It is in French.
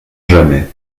jamais